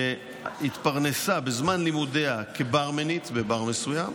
שהתפרנסה בזמן לימודיה כברמנית בבר מסוים,